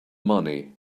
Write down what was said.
money